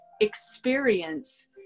experience